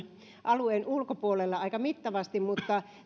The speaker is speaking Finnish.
alueen ulkopuolelle aika mittavasti mutta